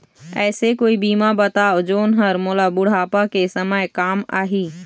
ऐसे कोई बीमा बताव जोन हर मोला बुढ़ापा के समय काम आही?